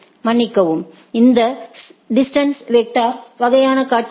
மன்னிக்கவும் இந்த distance vector வகையான காட்சிகளில்